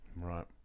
Right